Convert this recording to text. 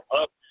up